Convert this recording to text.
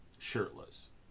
shirtless